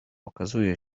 okazuje